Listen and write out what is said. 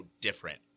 different